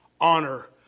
honor